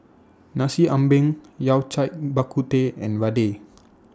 Nasi Ambeng Yao Cai Bak Kut Teh and Vadai